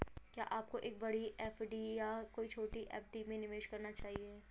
क्या आपको एक बड़ी एफ.डी या कई छोटी एफ.डी में निवेश करना चाहिए?